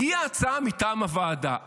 הגיעה הצעה מטעם הוועדה.